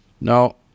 Now